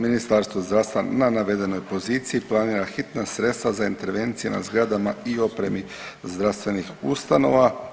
Ministarstvo zdravstva na navedenoj poziciji planira hitna sredstva za intervencije na zgradama i opremi zdravstvenih ustanova.